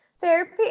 Therapy